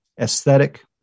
aesthetic